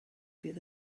fydd